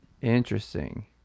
interesting